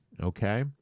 Okay